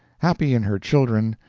happy in her children,